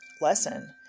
lesson